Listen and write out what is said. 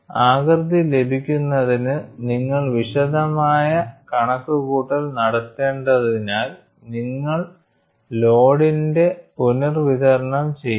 ആകൃതി ലഭിക്കുന്നതിന് നിങ്ങൾ വിശദമായ കണക്കുകൂട്ടൽ നടത്തേണ്ടതിനാൽ നിങ്ങൾ ലോഡിന്റെ പുനർവിതരണം ചെയ്യണം